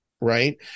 Right